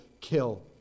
kill